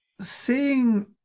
seeing